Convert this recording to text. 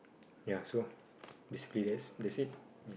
ya so basically that's that's it